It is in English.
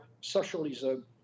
socialism